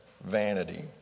vanity